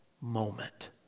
moment